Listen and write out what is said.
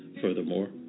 Furthermore